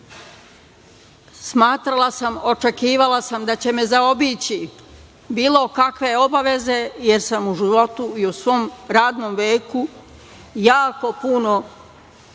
sazivu. Smatrala sam, očekivala sam da ćete me zaobići bilo kakve obaveze jer sam u životu i u svom radnom veku jako puno